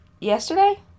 Yesterday